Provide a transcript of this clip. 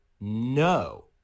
no